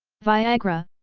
viagra,